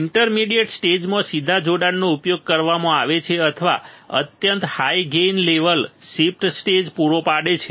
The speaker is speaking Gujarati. ઇન્ટરમીડિયેટ સ્ટેજમાં સીધા જોડાણનો ઉપયોગ કરવામાં આવે છે અથવા અત્યંત high gain level shifter stage પૂરો પાડે છે